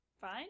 Fine